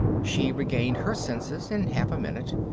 she regained her senses in half a minute,